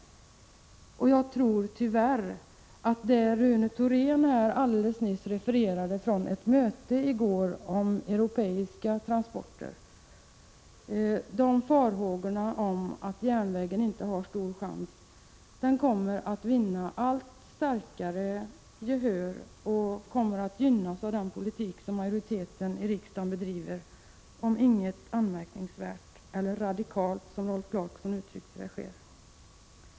Rune Thorén refererade alldeles nyss ett möte i går om europeiska transporter. Farhågorna om att järnvägen inte har stor chans blir tyvärr allt starkare, och gynnas av den politik som majoriteten i riksdagen bedriver, om ingenting anmärkningsvärt eller radikalt, som Rolf Clarkson uttryckte det, sker.